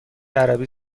عربی